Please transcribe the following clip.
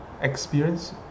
experience